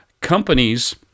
companies